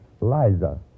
Liza